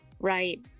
right